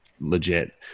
legit